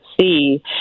see